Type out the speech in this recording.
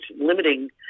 limiting